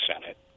Senate